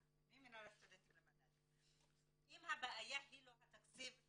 אם הבעיה היא לא התקציב,